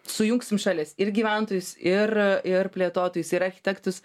sujungsim šalis ir gyventojus ir ir plėtotojus ir architektus